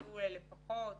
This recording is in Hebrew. שיהיה לפחות